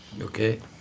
okay